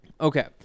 okay